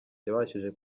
yabashije